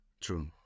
True